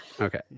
Okay